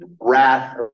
wrath